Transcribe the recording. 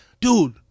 dude